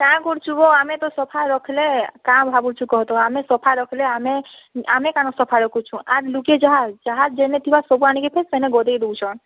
କାଁ କରୁଛୁ ଗୋ ଆମେ ତ ସଫା ରଖିଲେ କାଁ ଭବୁଛୁ କହ୍ ତ ଆମେ ସଫା ରଖିଲେ ଆମେ ଆମେ କାଣ ସଫା ରଖୁଛୁ ଆର୍ ଲୁକେ ଯାହାର୍ ଯାହା ଯେନେ ଥିବା ସବୁ ଆଣିକି ତ ସେନେ ଗଦେଇ ଦଉଛନ୍